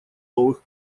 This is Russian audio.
новых